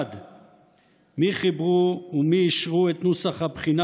1. מי חיברו ומי אישרו את נוסח הבחינה,